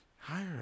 higher